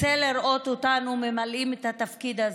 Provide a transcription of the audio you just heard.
רוצה לראות אותנו ממלאים את התפקיד הזה,